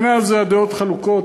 בעניין הזה הדעות חלוקות.